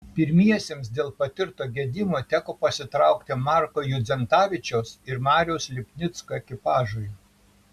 pirmiesiems dėl patirto gedimo teko pasitraukti marko judzentavičiaus ir mariaus lipnicko ekipažui